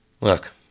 Look